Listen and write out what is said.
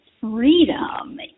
freedom